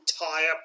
entire